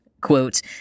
Quote